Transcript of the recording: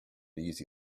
easy